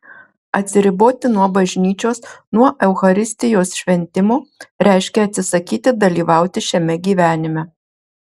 atsiriboti nuo bažnyčios nuo eucharistijos šventimo reiškia atsisakyti dalyvauti šiame gyvenime